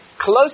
close